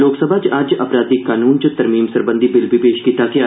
लोकसभा च अज्ज अपराधिक कानून च तरमीम सरबंधी बिल बी पेश कीता गेआ